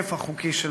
ובתוקף החוקי שלהן".